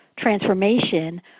transformation